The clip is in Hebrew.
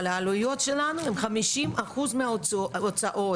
אבל העלויות שלנו הם 50% מההוצאות.